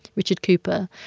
richard cooper,